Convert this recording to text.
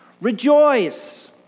Rejoice